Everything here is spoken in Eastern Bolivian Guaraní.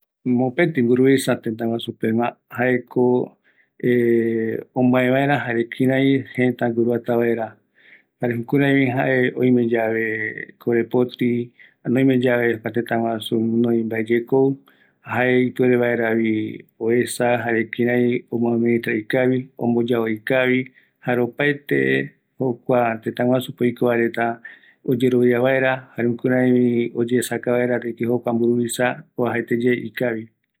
Mburuvisa iparavɨkɨta jaeko ömae vaera jëtäre, jare jukuraï omeeta yomboria, oïme vaera mbaravɨkɨ, jare jokoropi oyerovia vaera, jare oïme vaera tëtä oyembotuisa mbaravɨkɨ, jare tembiupa